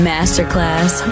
Masterclass